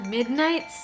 Midnight